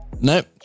nope